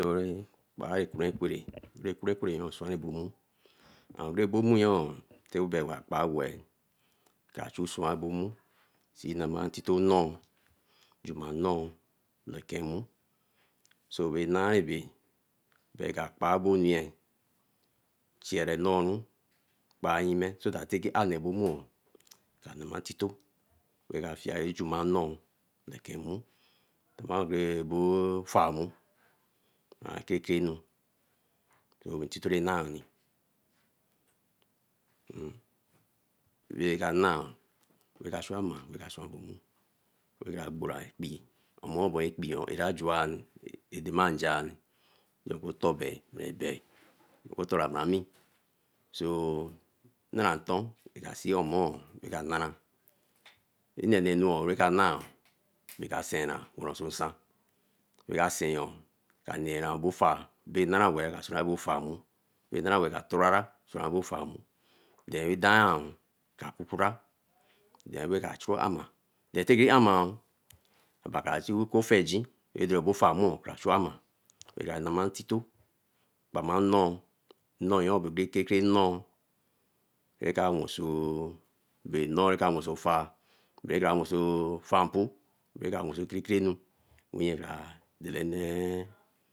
Dore kpari okporikpiri dore kpirikpiri yor swanri sin mmu and ngebu mmu yor kara kpa weeh ka chu swan bo mu see nama ntito nnoo, juma nnoo eken mu so boi nari bae ah ba ko kpa bo nuye, cheere nooru, kpa yime so that tay ki ah lobo mmu oo ka nama ntito ra ka fie ra juma nnoo. Eka chu ama, raka borou ekpii omuo ba ekpii era juah ra dema nja ni oko otor bae. Oku otora bra me so nnaranton ra ka see omo ra ka nara. Nnenenu ra ka na, ray ka sena so nsan, eka seinyo, ra ka nera obofa, bae nara weeh nga chura bo far mu, nga torara swan nmu. Nga kukurah then ra ga chu ama. Teki ama, aba kra see oku ofiegin obofa yor ka chu ama, ka namu tito, bama nnoo, nnoo yen babae kere kere nnoo, ra ka wenso nnoo raka wenso ofar bere raka wenso ofar nmu wenso kere kere anu, nye kra ama nee.